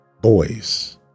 boys